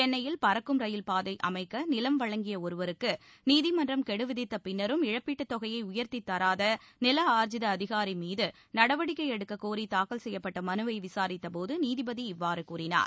சென்னையில் பறக்கும் ரயில் பாதை அமைக்க நிலம் வழங்கிய ஒருவருக்கு நீதிமன்றம் கெடு விதித்த பின்னரும் இழப்பீட்டுத் தொகையை உயர்த்தித் தராத நில ஆர்ஜித அதிகாரி மீது நடவடிக்கை எடுக்கக் கோரி தாக்கல் செய்யப்பட்ட மனுவை விசாரித்த போது நீதிபதி இவ்வாறு கூறினார்